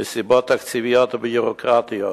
מסיבות תקציביות וביורוקרטיות